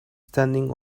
standing